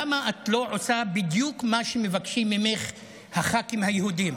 למה את לא עושה בדיוק מה שמבקשים ממך הח"כים היהודים?